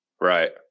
right